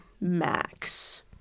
Max